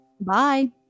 Bye